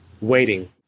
waiting